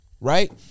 right